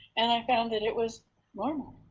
and i found that it was normal.